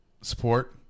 support